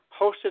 hosted